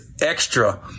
extra